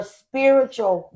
spiritual